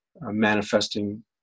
manifesting